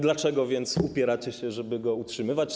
Dlaczego więc upieracie się, żeby go utrzymywać?